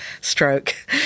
stroke